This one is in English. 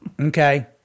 Okay